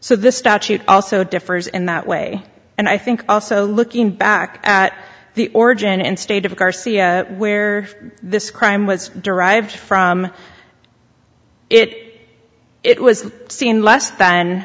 so the statute also differs in that way and i think also looking back at the origin and state of garcia where this crime was derived from it it was seen less than